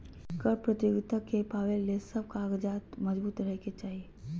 कर प्रतियोगिता के पावे ले सब कागजात मजबूत रहे के चाही